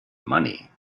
money